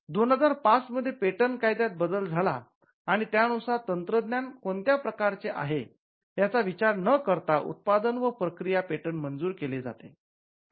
२००५ मध्ये पेटंट कायद्यात बदल झाला आणि त्या नुसार तंत्रज्ञान कोणत्या प्रकारचे आहे याचा विचार न करता उत्पादन व प्रक्रिया पेटंट मंजूर केले जाते